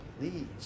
Please